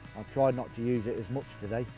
tried not to use it as much today,